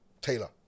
Taylor